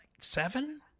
seven